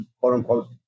quote-unquote